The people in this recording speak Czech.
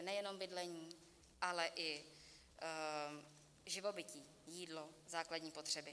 Čili nejenom bydlení, ale i živobytí jídlo, základní potřeby.